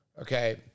Okay